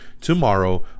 Tomorrow